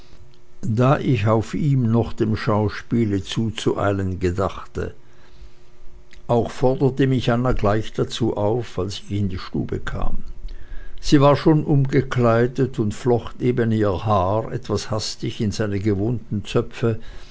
da ich auf ihm noch dem schauspiele zuzueilen gedachte auch forderte mich anna gleich dazu auf als ich in die stube kam sie war schon umgekleidet und flocht eben ihr haar etwas hastig in seine gewohnten zöpfe